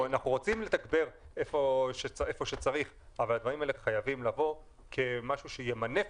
אנחנו רוצים לתגבר היכן שצריך אבל הדברים האלה חייבים לבוא כמשהו שימנף